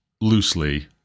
loosely